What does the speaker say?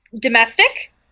domestic